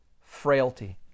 frailty